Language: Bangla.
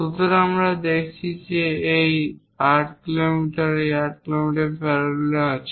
যখন আমরা দেখছি এই 8 মিমি এবং এই 8 মিমি প্যারালালে আছে